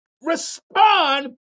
Respond